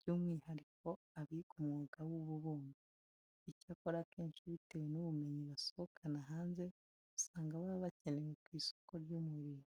by'umwihariko abiga umwuga w'ububumbyi. Icyakora akenshi bitewe n'ubumenyi basohokana hanze, usanga baba bakenewe ku isoko ry'umurimo.